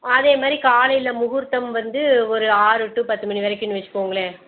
அதே மாதிரி காலையில் முகூர்த்தம் வந்து ஒரு ஆறு டூ பத்து மணி வரைக்கும்னு வெச்சுக்கோங்களேன்